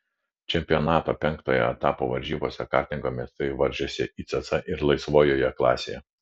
čempionato penktojo etapo varžybose kartingo meistrai varžėsi icc ir laisvojoje klasėse